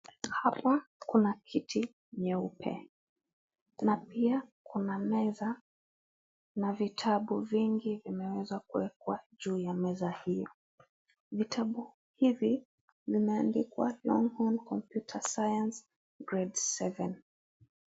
Hapa kuna kiti nyeupe. Kuna pia kuna meza na vitabu vingi vimeweza kuwekwa juu ya meza hiyo. Vitabu hivi vimeandikwa Longhorn Computer Science Grade 7.